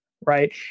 Right